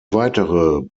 weitere